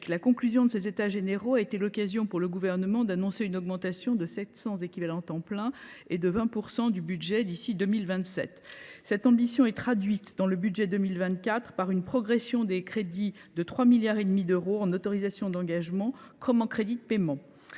La conclusion de ces États généraux a été l’occasion pour le Gouvernement d’annoncer une augmentation de 700 équivalents temps plein (ETP) et de 20 % du budget du ministère d’ici à 2027. Cette ambition s’est traduite dans le budget 2024 par une hausse des crédits de 3,5 milliards d’euros, en autorisations d’engagement comme en crédits de paiement.